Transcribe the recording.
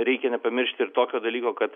reikia nepamiršti ir tokio dalyko kad